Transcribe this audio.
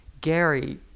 Gary